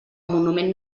monument